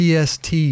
PST